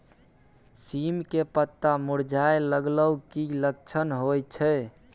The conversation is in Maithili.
सीम के पत्ता मुरझाय लगल उ कि लक्षण होय छै?